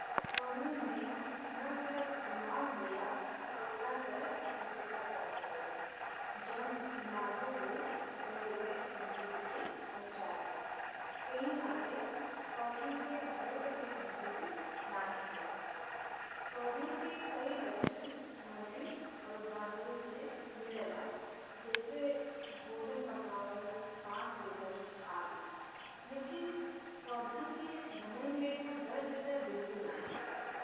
पौधन में न ते दीमक होला और न ते तांत्रिक तंत्र होला जौन दिमागिले दर्द के अनुभूति के पहुँचावेला। इही नाते पौधन के दर्द के अनुभूति नहीं होला। पौधन के कइ लक्षण मनइन और जानवरन से मिले ला जैसे भोजन पकावल, सास लिहल, आदि लेकिन पौधन के मनइन लेखा दर्द ते बिलकुल नहीं होला।